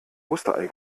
osterei